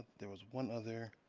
there was one other.